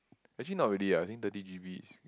actually not really ah I think thirty G_B is